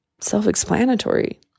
self-explanatory